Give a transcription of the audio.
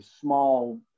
small